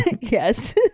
Yes